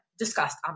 Discussed